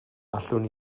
allwn